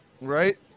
right